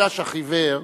"הגשש החיוור"